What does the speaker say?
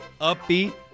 upbeat